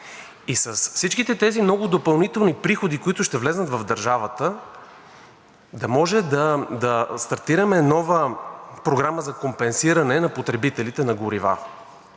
и с всичките тези много допълнителни приходи, които ще влязат в държавата, да може да стартираме нова програма за компенсиране на потребителите на горива.